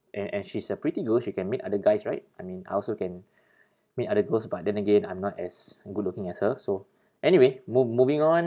and and she's a pretty girl she can meet other guys right I mean I also can meet other girls but then again I'm not as good looking as her so anyway mo~ moving on